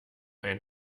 ein